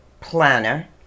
Planner